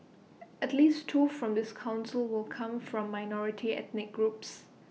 at least two from this Council will come from minority ethnic groups